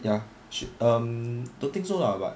ya sh~ um don't think so lah but